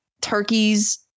turkeys